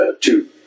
two